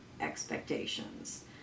expectations